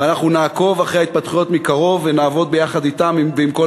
ואנחנו נעקוב אחרי ההתפתחויות מקרוב ונעבוד ביחד אתם ועם כל